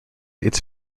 its